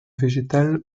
végétal